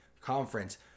conference